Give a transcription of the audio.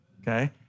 okay